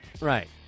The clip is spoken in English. right